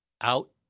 out